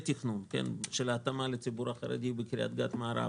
של ההתאמה לציבור החרדי בקריית גת מערב,